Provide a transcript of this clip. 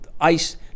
ice